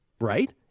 right